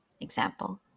Example